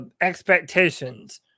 expectations